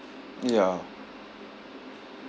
ya